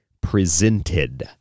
presented